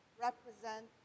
represent